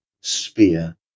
spear